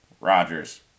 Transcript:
Rodgers